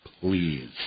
please